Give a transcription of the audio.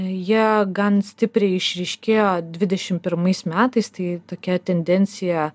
jie gan stipriai išryškėjo dvidešimt pirmais metais tai tokia tendencija